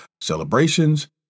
celebrations